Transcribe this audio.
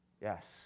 yes